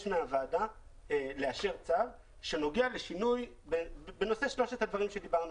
מהוועדה לאשר צו שנוגע לשינוי בנושא שלושת הדברים עליהם דיברנו